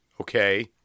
okay